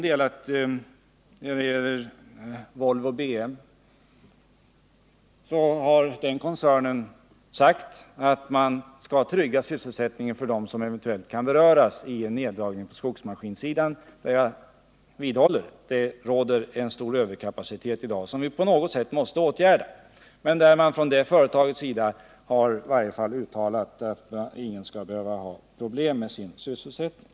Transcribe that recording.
När det gäller Volvo BM har koncernen sagt att man skall trygga sysselsättningen för dem som kommer att beröras av en neddragning på skogsmaskinsidan. Jag vidhåller att det på detta område i dag finns en stor överkapacitet som vi måste göra någonting åt. Företaget har alltså uttalat att inga anställda skall behöva få problem när det gäller sysselsättningen.